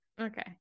okay